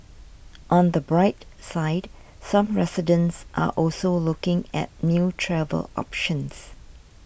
on the bright side some residents are also looking at new travel options